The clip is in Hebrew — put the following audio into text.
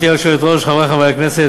חברי חברי הכנסת,